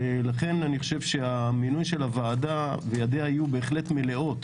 אני חושב שהמינוי נדרש וידי הוועדה תהיינה מלאות